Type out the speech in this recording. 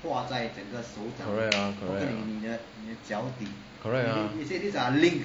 correct correct ah correct ah